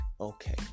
okay